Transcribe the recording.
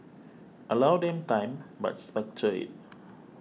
allow them time but structure it